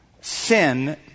Sin